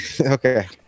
okay